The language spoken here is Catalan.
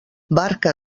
barca